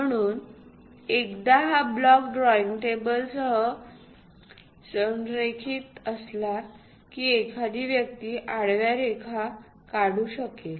म्हणून एकदा हा ब्लॉक ड्रॉईंग टेबलसह संरेखित की एखादी व्यक्ती आडव्या रेखा काढू शकेल